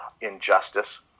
injustice